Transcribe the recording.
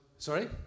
Sorry